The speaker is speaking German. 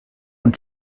und